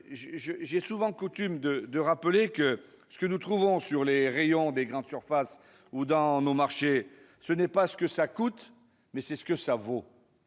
J'ai coutume de rappeler que ce que nous trouvons sur les rayons des grandes surfaces ou dans nos marchés, ce n'est pas ce que cela coûte, mais c'est ce que cela vaut.